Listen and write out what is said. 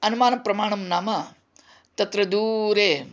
अनुमानप्रमाणं नाम तत्र दूरे